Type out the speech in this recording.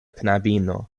knabino